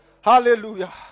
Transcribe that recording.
hallelujah